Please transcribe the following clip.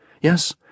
yes